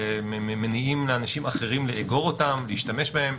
מניעים לאנשים אחרים לאגור אותם, להשתמש בהם.